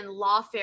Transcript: lawfare